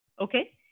okay